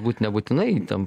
būt nebūtinai jin ten